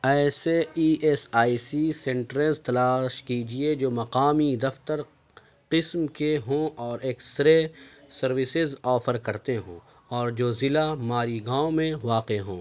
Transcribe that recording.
ایسے E S I C centres تلاش کیجیے جو مقامی دفتر قسم کے ہوں اور ایکس رے سروسز آفر کرتے ہوں اور جو ضلع ماری گاؤں میں واقع ہوں